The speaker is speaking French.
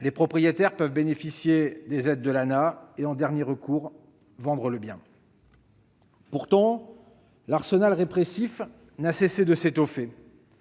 les propriétaires peuvent bénéficier des aides de l'ANAH ; en dernier recours, ils peuvent vendre le bien. Pourtant, l'arsenal répressif n'a cessé de s'étoffer.